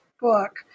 book